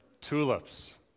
Tulips